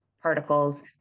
particles